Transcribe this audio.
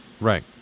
Right